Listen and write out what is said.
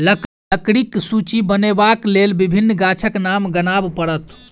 लकड़ीक सूची बनयबाक लेल विभिन्न गाछक नाम गनाब पड़त